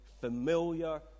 familiar